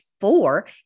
four